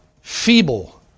feeble